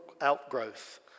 outgrowth